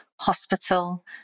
hospital